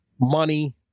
money